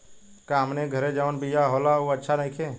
का हमनी के घरे जवन बिया होला उ अच्छा नईखे?